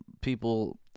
people